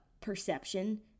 perception